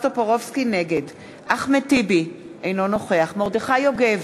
נגד אחמד טיבי, אינו נוכח מרדכי יוגב,